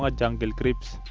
but jungle creeps